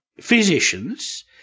physicians